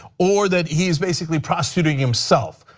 or that he's basically prostituting himself.